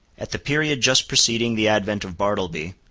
at the period just preceding the advent of bartleby,